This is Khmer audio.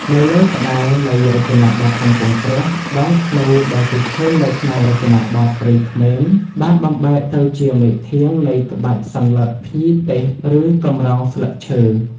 នៅលើផ្តែរនៃរចនាបថកំពង់ព្រះ ដងធ្នូដែលគេឃើញនៅក្នុងរចនាបថ ព្រៃក្មេងបានបំបែកទៅជាមែកធាងនៃក្បាច់សន្លឹកភ្ញីទេសឬកម្រងស្លឹកឈើ ។